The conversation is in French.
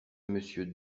monsieur